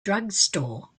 drugstore